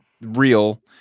real